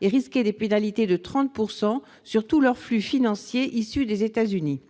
et risquer des pénalités de 30 % sur tous leurs flux financiers issus des États-Unis.